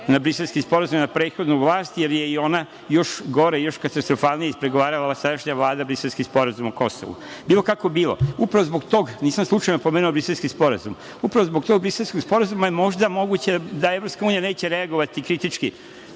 na Briselski sporazum i prethodnu vlast jer je i ona još gore i katastrofalnije ispregovarala, sadašnja Vlada Briselski sporazum o Kosovu. Bilo kako bilo, upravo zbog toga, a nisam slučajno spomenuo Briselski sporazum, upravo zbog tog Briselskog sporazuma možda je moguće da EU neće reagovati kritički